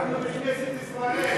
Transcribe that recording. בכנסת ישראל.